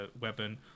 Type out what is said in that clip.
weapon